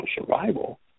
survival